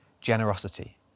generosity